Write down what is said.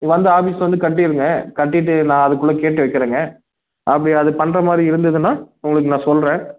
வந்து ஆஃபிஸ் வந்து கட்டியிருங்க கட்டிகிட்டு நான் அதுக்குள்ளே கேட்டு வைக்கிறேங்க அப்படி அது பண்ணுற மாதிரி இருந்ததுன்னா உங்களுக்கு நான் சொல்கிறேன்